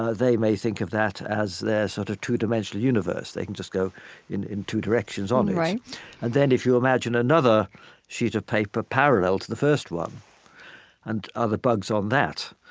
ah they may think of that as their sort of two-dimensional universe. they can just go in in two directions on it right and then if you imagine another sheet of paper parallel to the first one and other bugs on that,